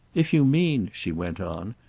if you mean, she went on,